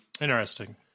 Interesting